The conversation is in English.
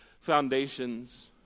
foundations